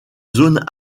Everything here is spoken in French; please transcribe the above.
zones